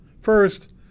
First